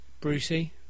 Brucey